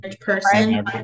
person